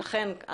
לכן,